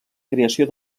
creació